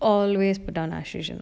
always put on a fusion